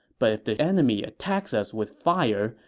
but if the enemy attacks us with fire,